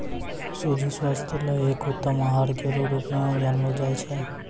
सूजी स्वास्थ्य ल एक उत्तम आहार केरो रूप म जानलो जाय छै